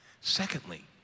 Secondly